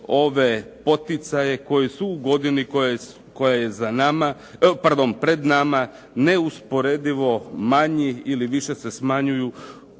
ove poticaje koji su u godini koja je pred nama, neusporedivo manji ili više se smanjuju